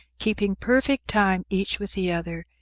keeping perfect time each with the other,